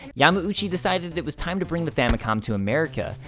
yamauchi decided it was time to bring the famicom to america,